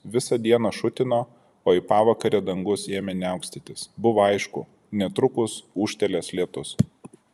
visą dieną šutino o į pavakarę dangus ėmė niaukstytis buvo aišku netrukus ūžtelės lietus